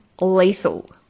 lethal